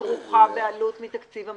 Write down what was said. התשע"ז-2017 נתקבלה.